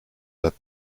that